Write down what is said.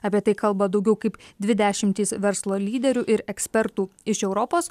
apie tai kalba daugiau kaip dvi dešimtys verslo lyderių ir ekspertų iš europos